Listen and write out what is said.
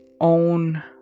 own